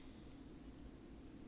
神经病 ah 你